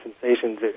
sensations